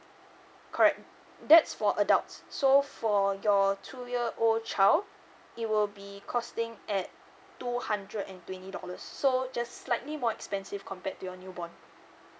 correct that's for adults so for your two year old child it will be costing at two hundred and twenty dollars so just slightly more expensive compared to your new born